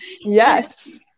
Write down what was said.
Yes